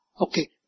Okay